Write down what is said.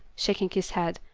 shaking his head,